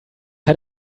had